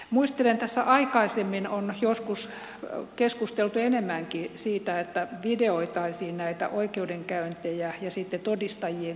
muistelen että tässä aikaisemmin on joskus keskusteltu enemmänkin siitä että videoitaisiin näitä oikeudenkäyntejä ja sitten todistajien kuulemisia